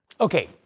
Okay